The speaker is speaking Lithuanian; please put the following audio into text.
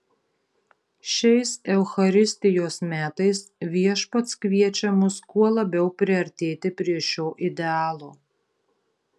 šiais eucharistijos metais viešpats kviečia mus kuo labiau priartėti prie šio idealo